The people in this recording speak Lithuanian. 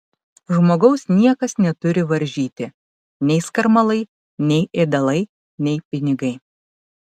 žmogaus niekas neturi varžyti nei skarmalai nei ėdalai nei pinigai